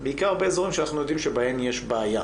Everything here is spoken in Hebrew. בעיקר באזורים שבהם אנחנו יודעים שיש בעיה,